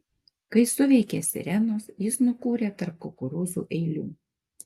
kai suveikė sirenos jis nukūrė tarp kukurūzų eilių